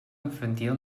infantil